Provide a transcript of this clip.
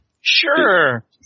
Sure